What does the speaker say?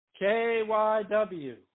KYW